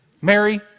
Mary